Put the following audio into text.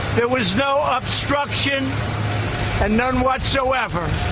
there was no obstruction and none whatsoever.